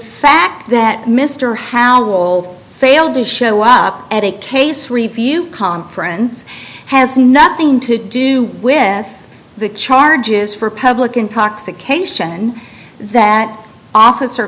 fact that mr howell failed to show up at a case review conference has nothing to do with the charges for public intoxication that officer